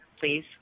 please